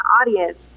audience